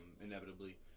inevitably